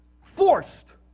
forced